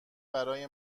برای